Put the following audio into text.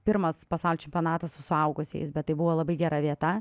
pirmas pasaulio čempionatas su suaugusiais bet tai buvo labai gera vieta